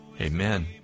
Amen